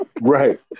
right